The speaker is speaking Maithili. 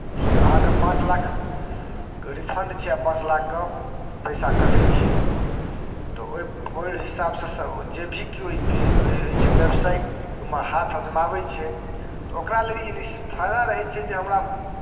अहाँकेँ पाँच लाख रिफंड छै आ पाँच लाखके पैसा कटै छै तऽ ओहि ओहि हिसाबसँ जे भी केओ ई बिज ई ई ई जे व्यवसाय ओहिमे हाथ अजमाबै छै तऽ ओकरा ले ई फायदा रहै छै जे हमरा